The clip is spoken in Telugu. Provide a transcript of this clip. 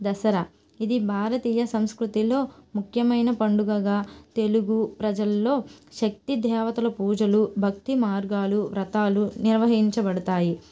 దసరా ఇది భారతీయ సంస్కృతిలో ముఖ్యమైన పండుగగా తెలుగు ప్రజల్లో శక్తి దేవతల పూజలు భక్తి మార్గాలు వ్రతాలు నిర్వహించబడతాయి